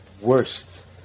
worst